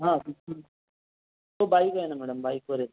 हां तो बाईक आहे ना मॅडम बाईकवर येतो